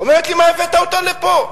אומרת לי: מה הבאת אותה לפה?